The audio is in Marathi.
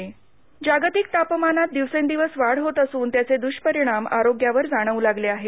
साखळी जागतिक तापमानात दिवसेंदिवस वाढ होत असून त्याचे दृष्परिणाम आरोग्यावर जाणवू लागले आहेत